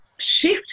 shift